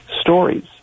stories